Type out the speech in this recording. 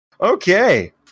Okay